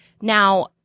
Now